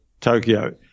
Tokyo